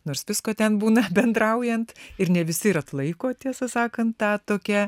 nors visko ten būna bendraujant ir ne visi ir atlaiko tiesą sakant tą tokia